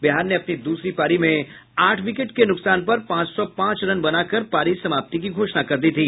बिहार ने अपनी दूसरी पारी में आठ विकेट के नुकसान पर पांच सौ पांच रन बनाकर पारी समाप्ति की घोषणा कर दी थी